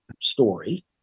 story